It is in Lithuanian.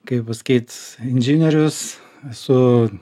kaip pasakyt inžinierius su